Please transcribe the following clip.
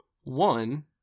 one